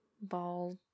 ball